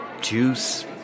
juice